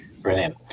Brilliant